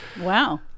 Wow